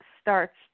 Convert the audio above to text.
starts